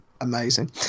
Amazing